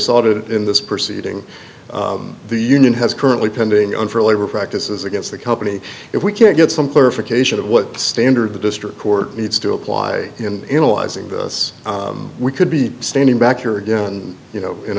audit in this proceeding the union has currently pending unfair labor practices against the company if we can't get some clarification of what standard the district court needs to apply in in allies in the us we could be standing back here again you know in